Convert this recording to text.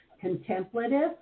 contemplative